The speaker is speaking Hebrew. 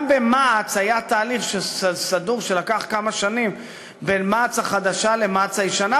גם במע"צ היה תהליך סדור שלקח כמה שנים בין מע"צ החדשה למע"צ הישנה,